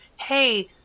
Hey